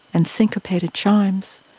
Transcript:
and syncopated chimes,